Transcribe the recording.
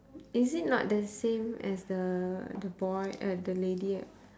is it not the same as the the boy uh the lady